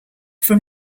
from